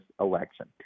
election